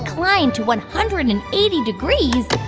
reclined to one hundred and eighty degrees.